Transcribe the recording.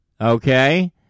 okay